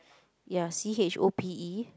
ya C_H_O_P_E